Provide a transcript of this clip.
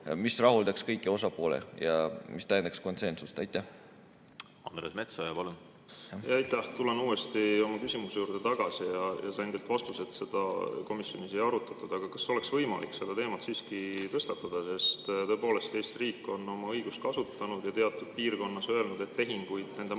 mis rahuldab kõiki osapooli ja mis tähendab konsensust. Andres Metsoja, palun! Andres Metsoja, palun! Aitäh! Tulen uuesti oma küsimuse juurde tagasi. Sain teilt vastuse, et seda komisjonis ei arutatud. Kas oleks võimalik seda teemat siiski tõstatada? Tõepoolest, Eesti riik on oma õigust kasutanud ja teatud piirkonnas öelnud, et tehinguid nende maadega